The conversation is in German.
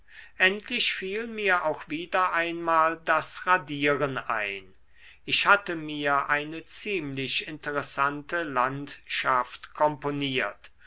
endlich fiel mir auch wieder einmal das radieren ein ich hatte mir eine ziemlich interessante landschaft komponiert